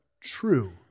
true